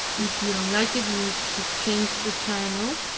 if you don't like it, you should change the channel.